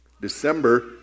December